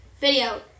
video